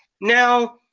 Now